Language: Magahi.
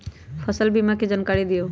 फसल बीमा के जानकारी दिअऊ?